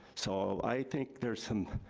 so i think there's some,